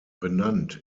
benannt